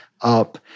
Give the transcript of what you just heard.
Up